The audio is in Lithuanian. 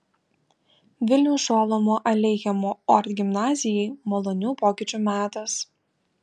vilniaus šolomo aleichemo ort gimnazijai malonių pokyčių metas